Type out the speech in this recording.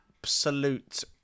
absolute